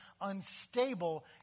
unstable